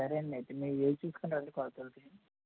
సరే అండి అయితే మీ వీలు చూసుకుని రండి కొలతలకి